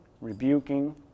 rebuking